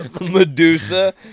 Medusa